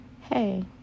hey